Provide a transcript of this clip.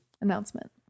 announcement